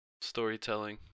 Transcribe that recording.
storytelling